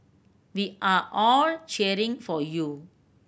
we are all cheering for you